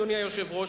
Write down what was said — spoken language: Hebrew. אדוני היושב-ראש,